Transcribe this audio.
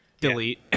delete